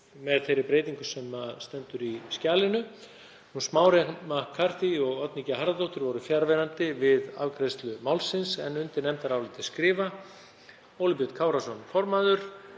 með þeirri breytingu sem stendur í skjalinu. Smári McCarthy og Oddný G. Harðardóttir voru fjarverandi við afgreiðslu málsins. Undir nefndarálitið skrifa Óli Björn Kárason, formaður,